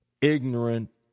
ignorant